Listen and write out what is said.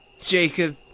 Jacob